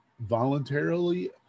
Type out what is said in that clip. voluntarily